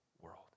world